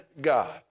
God